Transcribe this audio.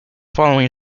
following